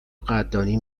قدردانی